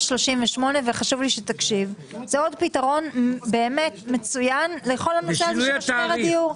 38. זה עוד פתרון באמת מצוין לכל הנושא הזה של משבר הדיור.